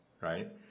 right